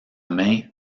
main